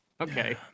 Okay